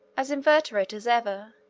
as inveterate as ever,